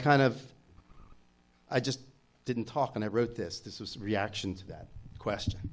kind of i just didn't talk and i wrote this this is reactions that question